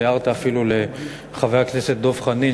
הערת אפילו לחבר הכנסת דב חנין,